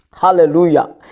Hallelujah